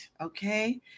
okay